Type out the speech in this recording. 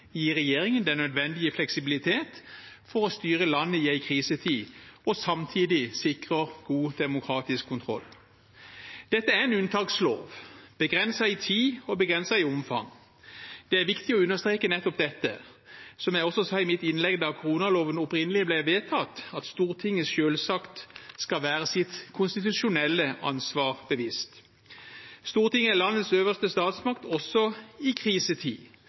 gir regjeringen den nødvendige fleksibilitet for å styre landet i en krisetid, og samtidig sikrer god demokratisk kontroll. Dette er en unntakslov begrenset i tid og begrenset i omfang. Det er viktig å understreke nettopp dette. Som jeg også sa i mitt innlegg da koronaloven opprinnelig ble vedtatt, skal Stortinget selvsagt være seg sitt konstitusjonelle ansvar bevisst. Stortinget er landets øverste statsmakt også i krisetid.